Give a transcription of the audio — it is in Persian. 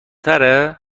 تره